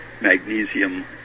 magnesium